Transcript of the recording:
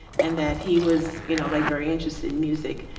and that he was, you know, like very interested in music,